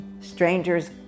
Strangers